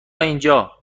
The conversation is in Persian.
اینجا